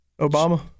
Obama